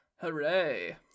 Hooray